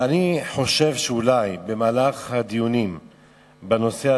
אבל אני חושב שאולי במהלך הדיונים בנושא